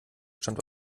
stammt